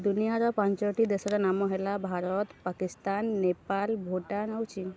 ଦୁନିଆର ପାଞ୍ଚଟି ଦେଶର ନାମ ହେଲା ଭାରତ ପାକିସ୍ତାନ ନେପାଲ ଭୁଟାନ ଆଉ ଚୀନ୍